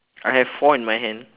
I have four in my hand